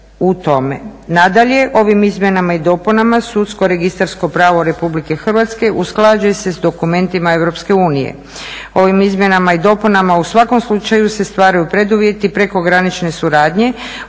u tome. Nadalje, ovim izmjenama i dopunama sudsko-registarsko pravo Republike Hrvatske usklađuje se s dokumentima Europske unije. Ovim izmjenama i dopunama u svakom slučaju se stvaraju preduvjeti prekogranične suradnje,